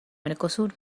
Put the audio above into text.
mercosur